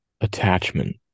attachment